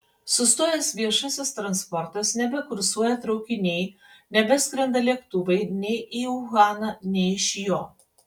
sustojęs viešasis transportas nebekursuoja traukiniai nebeskrenda lėktuvai nei į uhaną nei iš jo